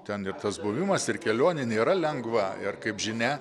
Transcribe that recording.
ten ir tas buvimas ir kelionė nėra lengva ir kaip žinia